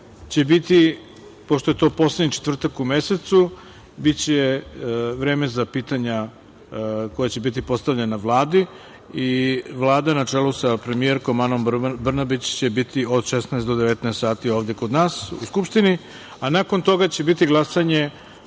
će biti, pošto je to poslednji četvrtak u mesecu, biće vreme za pitanja koja će biti postavljena Vladi i Vlada na čelu sa premijerkom Anom Brnabić će biti od 16.00 do 19.00 sati ovde kod nas u Skupštini, a nakon toga će biti glasanje